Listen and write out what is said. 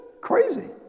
crazy